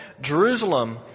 Jerusalem